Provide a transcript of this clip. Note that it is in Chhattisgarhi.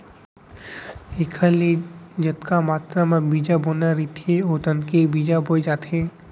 एखर ले जतका मातरा म बीजा बोना रहिथे ओतने बीजा बोए जाथे